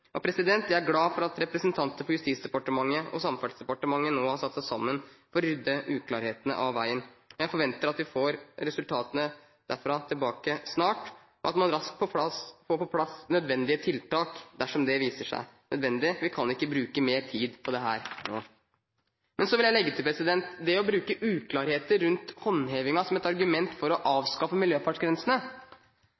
Jeg er glad for at representanter for Justisdepartementet og Samferdselsdepartementet nå har satt seg sammen for å rydde uklarhetene av veien. Jeg forventer at vi får resultatene derfra snart, og at man raskt får på plass nødvendige tiltak dersom det viser seg nødvendig. Vi kan ikke bruke mer tid på dette nå. Men så vil jeg legge til: Det å bruke uklarheter rundt håndhevingen som et argument for å